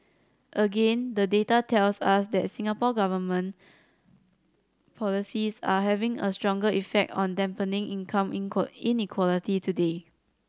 again the data tells us that Singapore Government policies are having a stronger effect on dampening income inequality today